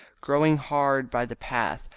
growing hard by the path,